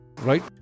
right